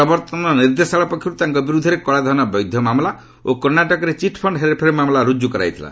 ପ୍ରବର୍ତ୍ତନ ନିର୍ଦ୍ଦେଶାଳୟ ପକ୍ଷରୁ ତାଙ୍କ ବିରୁଦ୍ଧରେ କଳାଧନ ବୈଧନ ମାମଲା ଓ କର୍ଷାଟକରେ ଚିଟ୍ଫଶ୍ଚ ହେର୍ଫେର୍ ମାମଲା ରୁଜୁ କରାଯାଇଥିଲା